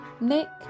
Nick